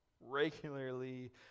regularly